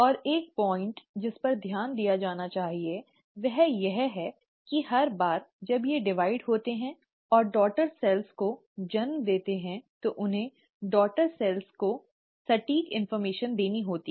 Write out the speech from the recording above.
और एक पॉइंट जिस पर ध्यान दिया जाना चाहिए वह यह है कि हर बार जब वे विभाजित होते हैं और डॉटर सेल्स को जन्म देते हैं तो उन्हें डॉटर सेल्स को सटीक जानकारी देनी होती है